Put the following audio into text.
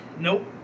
Nope